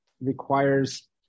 requires